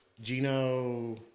Gino